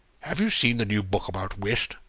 have you seen the new book about whist?